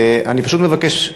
אני פשוט מבקש,